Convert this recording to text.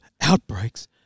outbreaks